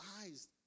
eyes